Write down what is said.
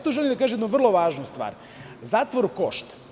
Tu želim da kažem jednu vrlo važnu stvar - zatvor košta.